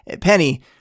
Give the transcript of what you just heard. penny